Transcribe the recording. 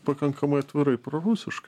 pakankamai atvirai prorusiški